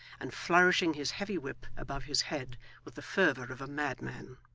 and flourishing his heavy whip above his head with the fervour of a madman.